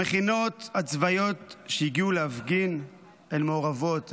המכינות הצבאיות שהגיעו להפגין הן מעורבות,